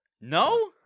no